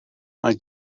mae